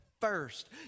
first